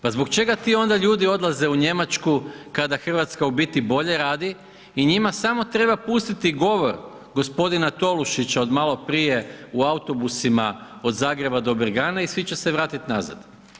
Pa zbog čega onda ti ljudi odlaze u Njemačku kada Hrvatska u biti bolje radi i njima samo treba pustiti govor gospodina Tolušića od malo prije o autobusima od Zagreba do Bregane i svi će se vratiti nazad.